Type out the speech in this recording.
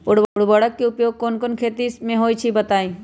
उर्वरक के उपयोग कौन कौन खेती मे होई छई बताई?